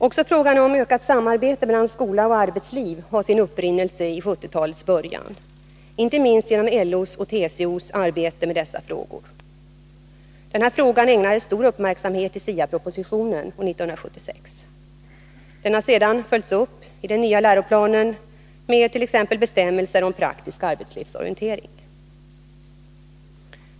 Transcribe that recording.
Också frågan om ökat samarbete mellan skola och arbetsliv har sin upprinnelse i 1970-talets början, inte minst genom LO:s och TCO:s arbete med dessa frågor. Frågan ägnades stor uppmärksamhet i SIA-propositionen. Den har sedan följts upp i den nya läroplanen med t.ex. nya bestämmelser om praktisk arbetslivsorientering.